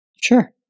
Sure